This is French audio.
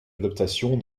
adaptations